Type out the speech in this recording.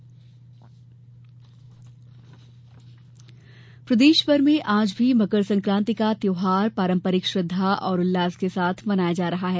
मकर संक्रांति प्रदेशभर में आज भी मकर सक्रांति का त्यौहार पारंपरिक श्रद्धा और उल्लास के साथ मनाया जा रहा है